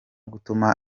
gutuma